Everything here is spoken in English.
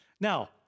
Now